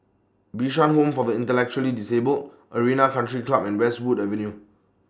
Bishan Home For The Intellectually Disabled Arena Country Club and Westwood Avenue